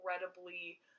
incredibly